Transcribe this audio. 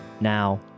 Now